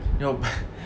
no